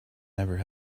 never